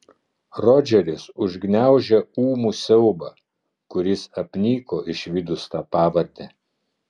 rodžeris užgniaužė ūmų siaubą kuris apniko išvydus tą pavardę